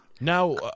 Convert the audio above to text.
Now